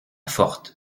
forte